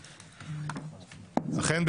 ואכן,